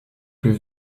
plus